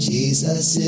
Jesus